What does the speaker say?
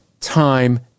time